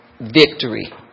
victory